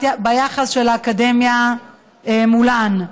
והיחס של האקדמיה מולן,